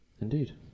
Indeed